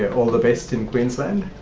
yeah all the best in queensland.